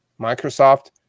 Microsoft